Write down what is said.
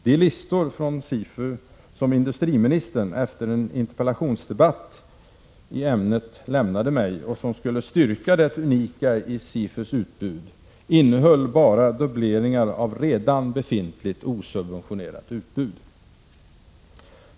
De listor från SIFU som industriministern efter en interpellationsdebatt i ämnet lämnade mig och som skulle styrka det unika i SIFU:s utbud innehöll bara dubbleringar av redan befintligt, osubventionerat utbud.